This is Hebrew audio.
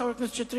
חבר הכנסת שטרית?